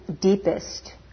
deepest